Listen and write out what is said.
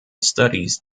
studies